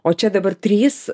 o čia dabar trys